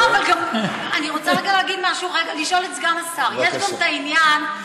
אני רוצה לשאול את סגן השר: יש גם את העניין,